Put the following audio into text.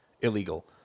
illegal